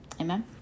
Amen